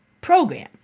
program